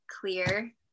clear